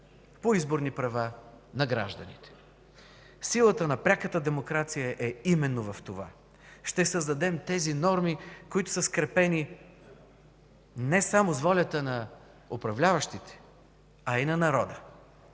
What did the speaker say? по изборните права на гражданите. Силата на пряката демокрация е именно в това. Ще създадем тези норми, които са скрепени не само с волята на управляващите, а и на народа.